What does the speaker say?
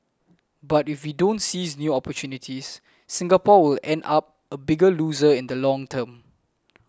but if we don't seize new opportunities Singapore will end up a bigger loser in the long term